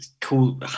Cool